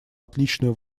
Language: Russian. отличную